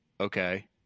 okay